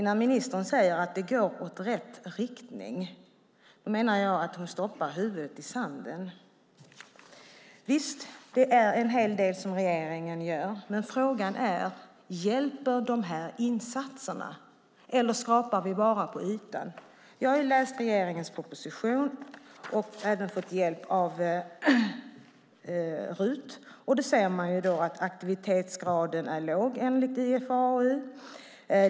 När ministern säger att det går i rätt riktning menar jag att hon stoppar huvudet i sanden. Visst är det en hel del som regeringen gör, men frågan är om de insatserna hjälper, eller skrapar vi bara på ytan? Jag har läst regeringens proposition och även fått hjälp av riksdagens utredningstjänst. Man säger att aktivitetsgraden är låg enligt IFAU.